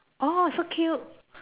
oh so cute